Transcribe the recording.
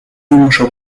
muszą